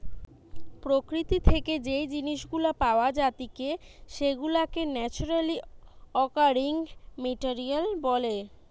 প্রকৃতি থেকে যেই জিনিস গুলা পাওয়া জাতিকে সেগুলাকে ন্যাচারালি অকারিং মেটেরিয়াল বলে